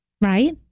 right